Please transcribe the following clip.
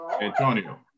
Antonio